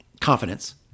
confidence